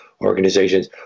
organizations